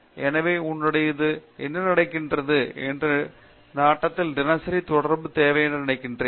பேராசிரியர் சத்யநாராயணன் என் கும்மாடி எனவே உன்னுடையது என்ன நடக்கிறது என்ற நாட்டத்தில் தினசரி தொடர்பு தேவை என்று நான் நினைக்கிறேன்